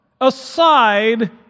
aside